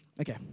okay